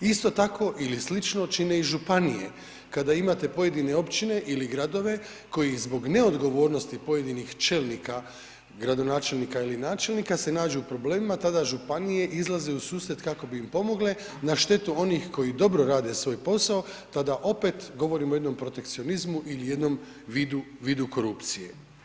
I isto tako ili slično čine i županije, kada imate pojedine općine ili gradove koji zbog neodgovornosti pojedinih čelnika, gradonačelnika ili načelnika se nađu u problemima tada županije izlaze u susret kako bi im pomogle na štetu onih koji dobro rade svoj posao tada opet govorimo o jednom protekcionizmu ili jednom vidu, vidu korupcije.